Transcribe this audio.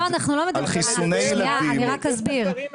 זה בלתי נסבל.